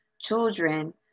Children